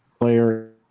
player